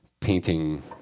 painting